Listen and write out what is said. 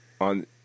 on